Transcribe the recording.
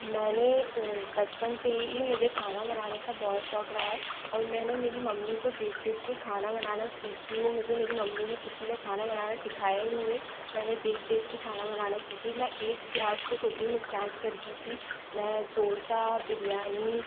मैंने बचपन से ई मुझे खाना बनाने का बहुत शौक़ रहा है और मैंने मेरी मम्मी को देख देखकर खाना बनाना सीखी हूँ मुझे मेरी मम्मी ने किसी ने खाना बनाना सिखाया ही नहीं ये मैंने देख देखकर खाना बनाना सीखी हूँ मैं एट्थ क्लास से कुकिंग स्टार्ट कर दी थी मैं डोसा बिरयानी